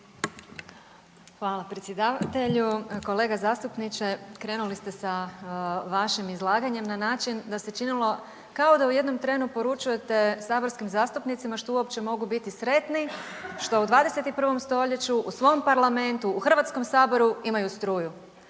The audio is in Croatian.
Hvala predsjedavatelju. Kolega zastupniče krenuli ste sa vašim izlaganjem na način da se činilo kao da u jednom trenu poručujete saborskim zastupnicima što uopće mogu biti sretni što u 21. stoljeću u svom parlamentu, u Hrvatskom saboru imaju struju.